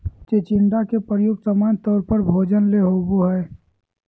चिचिण्डा के प्रयोग सामान्य तौर पर भोजन ले होबो हइ